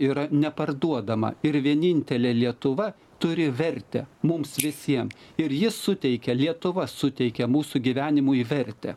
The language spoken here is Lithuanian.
yra neparduodama ir vienintelė lietuva turi vertę mums visiems ir ji suteikia lietuva suteikia mūsų gyvenimui vertę